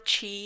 chi